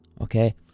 okay